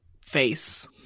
face